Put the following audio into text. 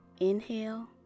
inhale